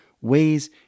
ways